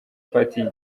party